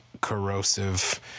corrosive